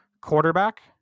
quarterback